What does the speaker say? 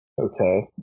Okay